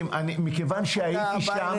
האם אתם תהיו המהפכה?